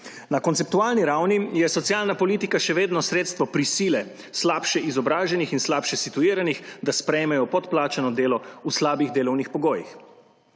Na konceptualni ravni je socialna politika še vedno sredstvo prisile slabše izobraženih in slabše situiranih, da sprejmemo podplačano delo v slabih delovnih pogojih.